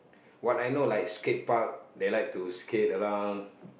what I know like skate park they like to skate around